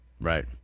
Right